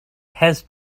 has